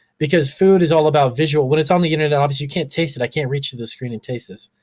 because food is all about visual. when it's on the internet obviously you can't taste it. i can't reach through the screen and taste this.